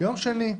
יום שני,